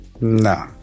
No